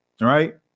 Right